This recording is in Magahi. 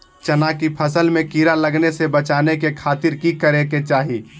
चना की फसल में कीड़ा लगने से बचाने के खातिर की करे के चाही?